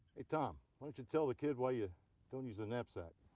hey, tom, why don't you tell the kid why you don't use the knapsack?